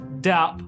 Dap